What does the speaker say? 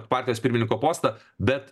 partijos pirmininko postą bet